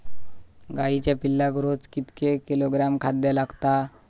गाईच्या पिल्लाक रोज कितके किलोग्रॅम खाद्य लागता?